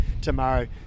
tomorrow